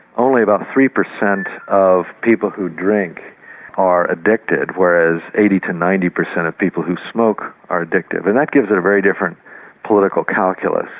only about three per cent of people who drink are addicted, whereas eighty to ninety per cent of people who smoke are addicted. and that gives it a very different political calculus.